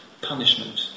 punishment